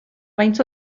faint